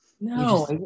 No